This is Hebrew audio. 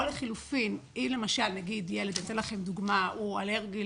אם ילד אלרגי